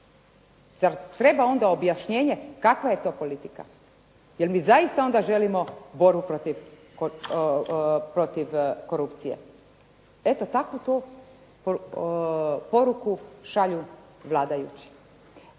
Zar treba onda objašnjenje kakva je to politika? Je li mi zaista onda želimo borbu protiv korupcije? Eto, takvu poruku šalju vladajući.